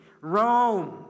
Rome